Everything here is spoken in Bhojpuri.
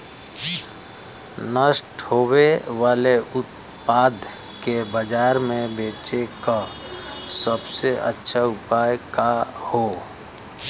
नष्ट होवे वाले उतपाद के बाजार में बेचे क सबसे अच्छा उपाय का हो?